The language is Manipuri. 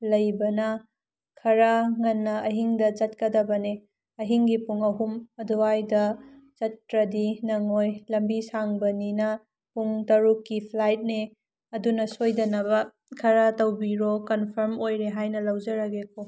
ꯂꯩꯕꯅ ꯈꯔ ꯉꯟꯅ ꯑꯍꯤꯡꯗ ꯆꯠꯀꯗꯕꯅꯦ ꯑꯍꯤꯡꯒꯤ ꯄꯨꯡ ꯑꯍꯨꯝ ꯑꯗꯨꯋꯥꯏꯗ ꯆꯠꯇ꯭ꯔꯗꯤ ꯅꯪꯉꯣꯏ ꯂꯝꯕꯤ ꯁꯥꯡꯕꯅꯤꯅ ꯄꯨꯡ ꯇꯔꯨꯛꯀꯤ ꯐ꯭ꯂꯥꯏꯠꯅꯦ ꯑꯗꯨꯅ ꯁꯣꯏꯗꯅꯕ ꯈꯔ ꯇꯧꯕꯤꯔꯣ ꯀꯟꯐꯥꯔꯝ ꯑꯣꯏꯔꯦ ꯍꯥꯏꯅ ꯂꯧꯖꯔꯒꯦ ꯀꯣ